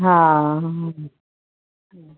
हा